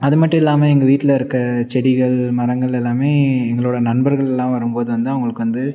அது மட்டும் இல்லாமல் எங்கள் வீட்டில் இருக்கும் செடிகள் மரங்கள் எல்லாம் எங்களோடய நண்பர்கள் எல்லாம் வரும் போது வந்து அவங்களுக்கு வந்து